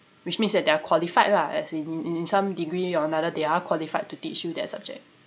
which means that they're qualified lah as in in some degree or another they are qualified to teach you that subject